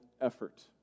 effort